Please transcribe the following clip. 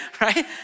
right